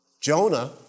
Jonah